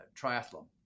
triathlon